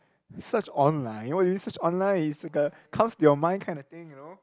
search online why would you search online it's like a comes to your mind kinda thing you know